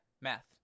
math